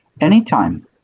Anytime